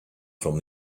from